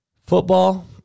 Football